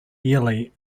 yearly